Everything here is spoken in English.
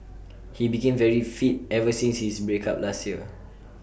he became very fit ever since his break up last year